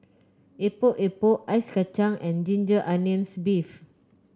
Epok Epok Ice Kacang and Ginger Onions beef